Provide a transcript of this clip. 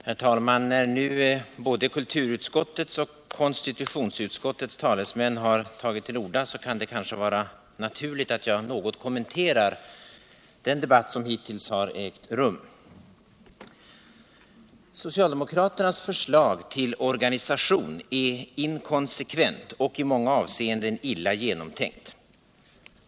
Herr talman! När nu både kulturutskottets och konstitutionsutskottets talesmän har tagit till orda kan det kanske vara naturligt att jag något kommenterar den debatt som hittills har ägt rum. Socialdemokraternas förslag till organisation är inkonsekvent och i många avseenden illa genomtänkt.